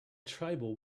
tribal